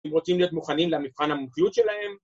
אם רוצים להיות מוכנים למבחן המומחיות שלהם